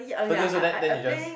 thirty years old then then you just